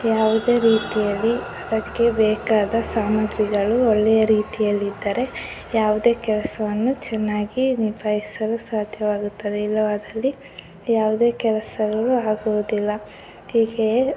ಯಾವುದೇ ರೀತಿಯಲ್ಲಿ ಅದಕ್ಕೆ ಬೇಕಾದ ಸಾಮಗ್ರಿಗಳು ಒಳ್ಳೆಯ ರೀತಿಯಲ್ಲಿದ್ದರೆ ಯಾವುದೇ ಕೆಲಸವನ್ನು ಚೆನ್ನಾಗಿ ನಿಭಾಯಿಸಲು ಸಾಧ್ಯವಾಗುತ್ತದೆ ಇಲ್ಲವಾದಲ್ಲಿ ಯಾವುದೇ ಕೆಲಸವೂ ಆಗುವುದಿಲ್ಲ ಹೀಗೆಯೇ